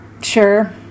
sure